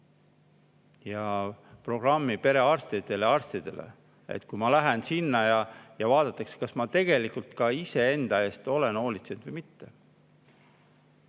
ja programmi perearstidele, arstidele, et kui ma lähen sinna, siis vaadatakse, kas ma tegelikult ka ise enda eest olen hoolitsenud või mitte.